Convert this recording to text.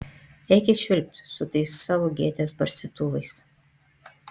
eikit švilpt su tais savo gėtės barstytuvais